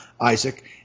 Isaac